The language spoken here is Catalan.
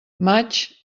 maig